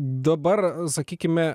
dabar sakykime